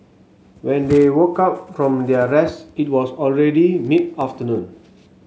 when they woke up from their rest it was already mid afternoon